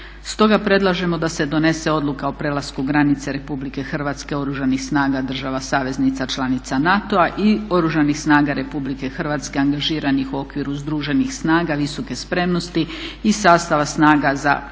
Stoga predlažemo da se donese odluka o prelasku granice RH oružanih snaga država saveznica članica NATO-a i Oružanih snaga RH angažiranih u okviru združenih snaga visoke spremnosti i sastava snaga za